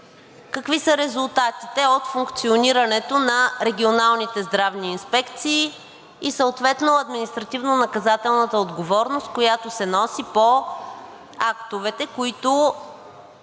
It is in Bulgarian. какви са резултатите от функционирането на регионалните здравни инспекции и съответно административнонаказателната отговорност, която се носи по актовете, които